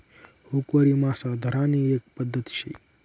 हुकवरी मासा धरानी एक पध्दत शे